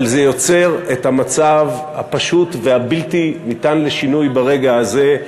אבל זה יוצר את המצב הפשוט והבלתי-ניתן לשינוי ברגע הזה,